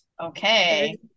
okay